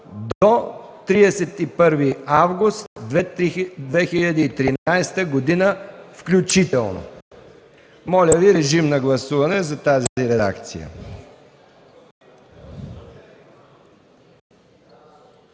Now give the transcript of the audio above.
до 31 август 2013 г., включително.” Моля Ви, режим на гласуване за тази редакция.